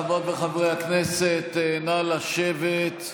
חברות וחברי הכנסת, נא לשבת.